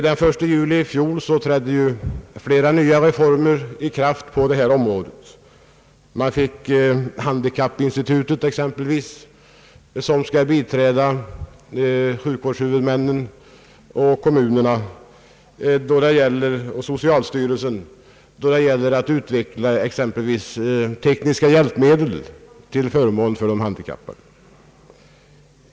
Den 1 juli i fjol trädde flera reformer i kraft på detta område. Exempelvis inrättades handikappinstitutet, som skall biträda sjukvårdshuvudmännen, kommunerna och socialstyrelsen bl.a. då det gäller att utveckla tekniska hjälpmedel till förmån för de handikappade.